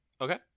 Okay